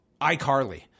iCarly